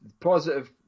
positive